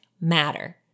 matter